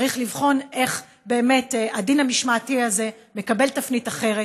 צריך לבחון איך הדין המשמעתי הזה מקבל תפנית אחרת.